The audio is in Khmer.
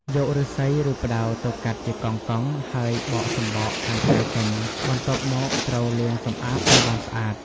យកឫស្សី ឬផ្តៅទៅកាត់ជាកង់ៗ ហើយបកសម្បកខាងក្រៅចេញ បន្ទាប់មក ត្រូវលាងសម្អាតឲ្យបានស្អាត។